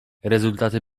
rezultaty